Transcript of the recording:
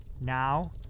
now